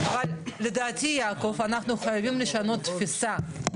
אבל, לדעתי, יעקב, אנחנו חייבים לשנות תפיסה.